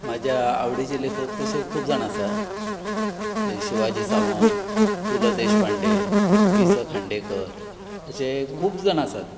म्हजे आवडीचे लेखक तशे खूब जाण आसा शिवाजी सावंत पु ल देशपांडे वि स खांडेकर अशे खूब जाण आसात